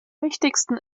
wichtigsten